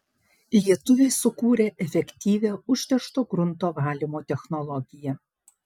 lietuviai sukūrė efektyvią užteršto grunto valymo technologiją